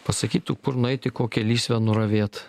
pasakytų kur nueiti kokią lysvę nuravėt